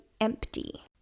empty